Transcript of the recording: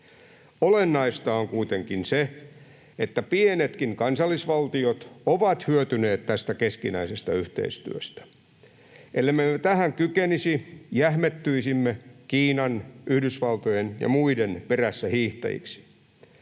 Olennaista on kuitenkin se, että pienetkin kansallisvaltiot ovat hyötyneet keskinäisestä yhteistyöstä. Ellemme me tähän kykenisi, jähmettyisimme Kiinan, Yhdysvaltojen ja muiden perässähiihtäjiksi.